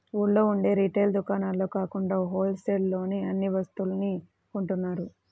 ఊళ్ళో ఉండే రిటైల్ దుకాణాల్లో కాకుండా హోల్ సేల్ లోనే అన్ని వస్తువుల్ని కొంటున్నారు